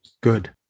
Good